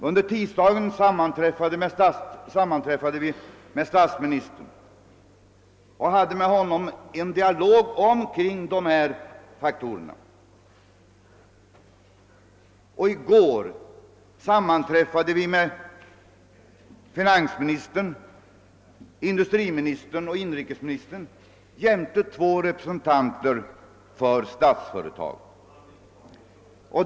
Under tisdagen sammanträffade vi med statsministern och hade en dialog med honom om de här faktorerna. I går sammanträffade vi med finansministern, industriministern och inrikesministern jämte två representanter för Statsföretag.